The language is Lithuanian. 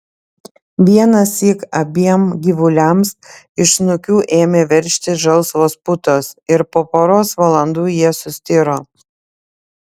vienąsyk abiem gyvuliams iš snukių ėmė veržtis žalsvos putos ir po poros valandų jie sustiro